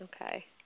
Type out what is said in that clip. Okay